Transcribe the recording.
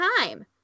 time